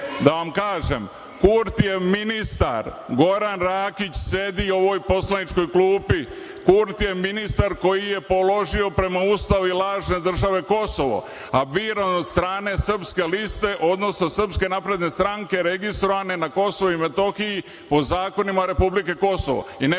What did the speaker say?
da vam kažem, Kurtijev ministar Goran Rakić sedi u ovoj poslaničkoj klupi, Kurtijev ministar koji je položio prema ustavu lažne države Kosovo, a biran od strane Srpske liste, odnosno SNS registrovane na Kosovu i Metohiji, po zakonima republike Kosovo.